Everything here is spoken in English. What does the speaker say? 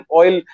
oil